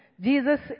Jesus